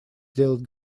сделать